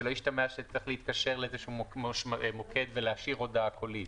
שלא ישתמע שצריך להתקשר לאיזה מוקד ולהשאיר הודעה קולית.